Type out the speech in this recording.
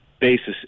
basis